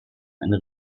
eine